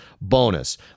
bonus